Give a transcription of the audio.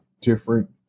different